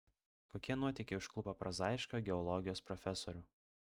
kokie nuotykiai užklupo prozaišką geologijos profesorių